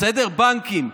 בנקים,